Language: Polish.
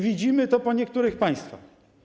Widzimy to po niektórych państwach.